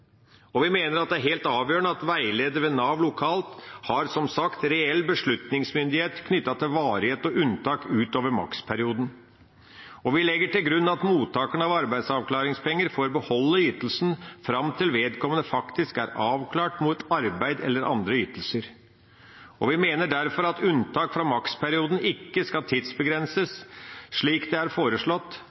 det. Vi mener det er helt avgjørende at veileder ved Nav lokalt har, som sagt, reell beslutningsmyndighet knyttet til varighet og unntak utover maksperioden. Vi legger til grunn at mottakerne av arbeidsavklaringspenger får beholde ytelsen fram til vedkommende er avklart mot arbeid eller andre ytelser. Vi mener derfor at unntak fra maksperioden ikke skal tidsbegrenses slik det er foreslått,